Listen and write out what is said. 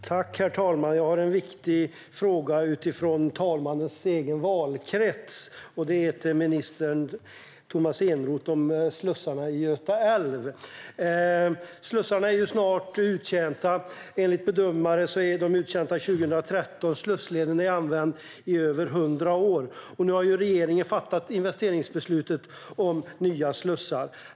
Herr talman! Jag har en viktig fråga till minister Tomas Eneroth. Det handlar om talmannens egen valkrets och slussarna i Göta älv. Slussarna är snart uttjänta. Enligt bedömare var de uttjänta 2013. Och slussleden är använd i över hundra år. Nu har regeringen fattat investeringsbeslut om nya slussar.